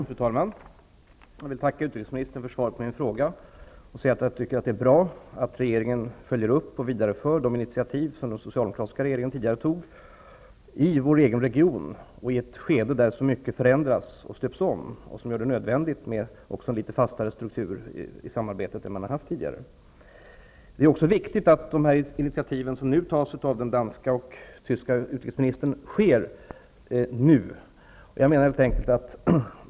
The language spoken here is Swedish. Fru talman! Jag vill tacka utrikesministern för svaret på min fråga. Jag tycker att det är bra att regeringen följer upp och för vidare de initiativ som den socialdemokratiska regeringen tidigare tog. Vår egen region befinner sig nu i ett skede där mycket förändras och stöps om. Det gör det nödvändigt med en fastare struktur i samarbetet än man har haft tidigare. Det är viktigt att dessa initiativ tas just nu av de danska och tyska utrikesministrarna.